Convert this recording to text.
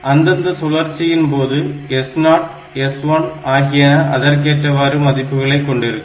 அந்தந்த சுழற்சியின் போது S0 S1 ஆகியன அதற்கேற்றவாறு மதிப்புகளை கொண்டிருக்கும்